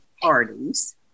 parties